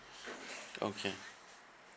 okay